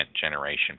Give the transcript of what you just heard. generation